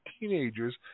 teenagers